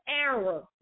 error